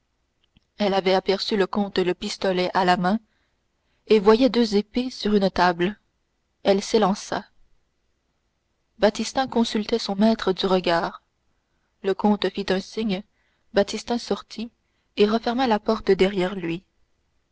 elle avait aperçu le comte le pistolet à la main elle voyait deux épées sur une table elle s'élança baptistin consultait son maître du regard le comte fit un signe baptistin sortit et referma la porte derrière lui